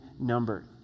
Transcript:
number